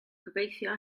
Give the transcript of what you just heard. gobeithio